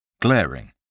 Glaring